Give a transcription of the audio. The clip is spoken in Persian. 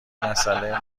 مساله